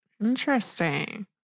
Interesting